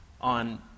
on